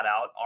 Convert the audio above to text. out